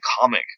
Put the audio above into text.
comic